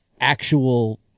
actual